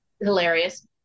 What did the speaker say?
hilarious